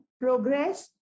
progress